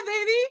baby